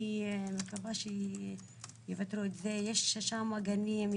יש שם גנים,